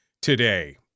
today